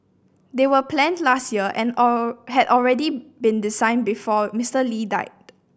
they were planned last year and all had already been designed before Mister Lee died